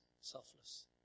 selfless